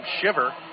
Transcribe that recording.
shiver